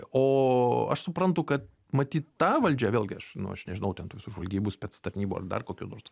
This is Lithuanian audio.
o aš suprantu kad matyt ta valdžia vėlgi aš nu aš nežinau ten tų visų žvalgybų spec tarnybų ar dar kokių nors